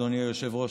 אדוני היושב-ראש,